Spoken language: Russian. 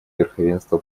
верховенство